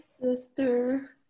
Sister